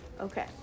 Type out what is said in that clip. Okay